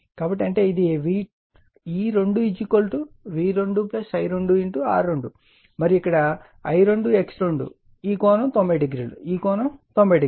కాబట్టి అంటే ఇది E2 V2 I2 R2 మరియు ఈ I2 X2 ఈ కోణం 90 డిగ్రీలు ఈ కోణం 90 డిగ్రీలు